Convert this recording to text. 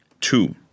Two